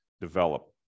develop